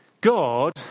God